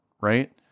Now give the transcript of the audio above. right